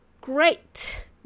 great